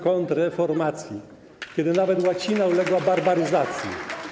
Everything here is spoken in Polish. kontrreformacji, kiedy nawet łacina uległa barbaryzacji.